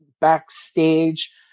backstage